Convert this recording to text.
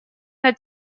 над